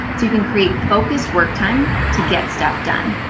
so you can create focused work time to get stuff done.